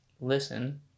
listen